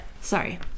Sorry